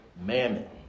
mammon